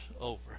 over